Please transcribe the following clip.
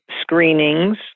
screenings